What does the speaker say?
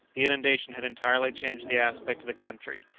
the inundation had entirely changed the aspect of the country,